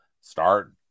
start